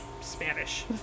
Spanish